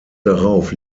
darauf